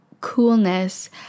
coolness